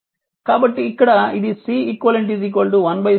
కాబట్టి ఇక్కడ ఇది Ceq 1 C1 1 C2 1